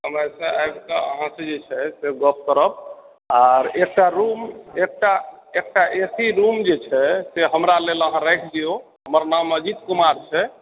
समय से आबिके अहाँ से जे छै से गप्प करब आर एक टा रूम एक टा एक टा एसी रूम जे छै से हमरा लेल अहाँ राखि दियो हमर नाम अजीत कुमार छै